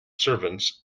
servants